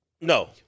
No